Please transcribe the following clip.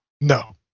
No